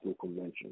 Convention